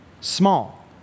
small